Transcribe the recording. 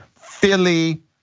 Philly